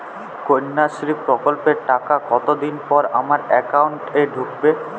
কন্যাশ্রী প্রকল্পের টাকা কতদিন পর আমার অ্যাকাউন্ট এ ঢুকবে?